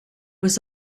was